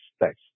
Thanks